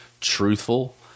truthful